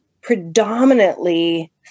predominantly